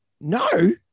No